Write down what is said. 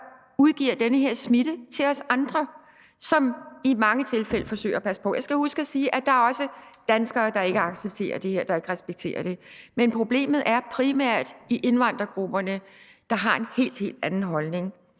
der spreder den her smitte til os andre, som i mange tilfælde forsøger at passe på. Jeg skal huske at sige, at der også er danskere, der ikke accepterer det her og ikke respekterer det, men problemet er der primært i indvandrergrupperne, der har en helt, helt anden holdning.